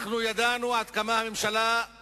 אנחנו ידענו וצפינו